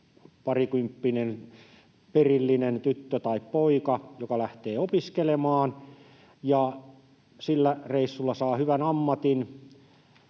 parikymppinen perillinen, tyttö tai poika, joka lähtee opiskelemaan ja sillä reissulla saa hyvän ammatin,